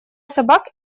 собак